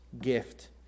gift